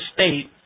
State